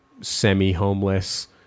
semi-homeless